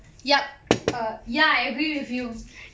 ya I agree with you